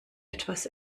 etwas